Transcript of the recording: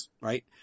right